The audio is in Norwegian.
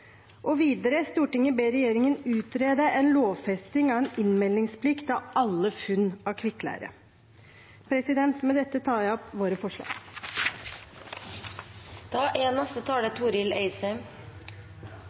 Videre foreslår vi at «Stortinget ber regjeringen utrede en lovfesting av en innmeldingsplikt av alle funn av kvikkleire.» Med dette anbefaler jeg komiteens tilråding. Tilsyn er